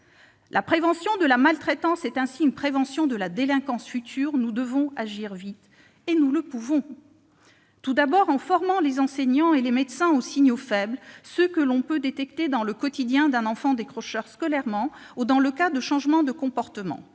La prévention de la maltraitance est ainsi une prévention de la délinquance future. Nous devons agir vite, et nous le pouvons ! Il s'agit tout d'abord de former les enseignants et les médecins à repérer les signaux faibles, ceux que l'on peut détecter dans le quotidien d'un enfant décrocheur ou en cas de changement de comportement.